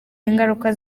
ingaruka